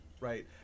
right